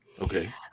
Okay